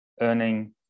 earning